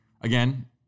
again